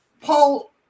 Paul